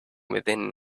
within